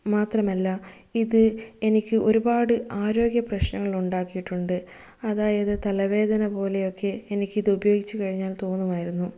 മാത്രമല്ല ഇത് എനിക്ക് ഒരുപാട് ആരോഗ്യ പ്രശ്നങ്ങളുണ്ടാക്കിയിട്ടുണ്ട് അതായത് തലവേദന പോലെയൊക്കെ എനിക്കിത് ഉപയോഗിച്ച് കഴിഞ്ഞാൽ തോന്നുമായിരുന്നു